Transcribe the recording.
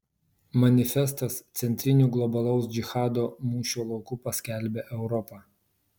manifestas centriniu globalaus džihado mūšio lauku paskelbė europą